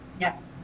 Yes